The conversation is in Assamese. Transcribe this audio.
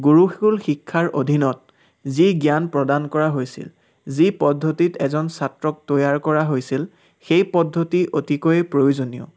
গুৰুকুল শিক্ষাৰ অধীনত যি জ্ঞান প্ৰদান কৰা হৈছিল যি পদ্ধতিত এজন ছাত্ৰক তৈয়াৰ কৰা হৈছিল সেই পদ্ধতি অতিকৈ প্ৰয়োজনীয়